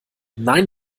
nein